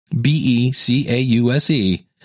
B-E-C-A-U-S-E